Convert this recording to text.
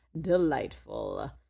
Delightful